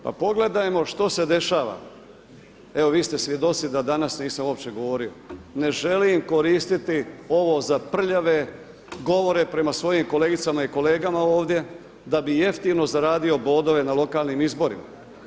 Pa pogledajmo što se dešava, evo vi ste svjedoci da danas nisam uopće govorio, ne želim koristiti ovo za prljave govore prema svojim kolegicama i kolegama ovdje da bi jeftino zaradio bodove na lokalnim izborima.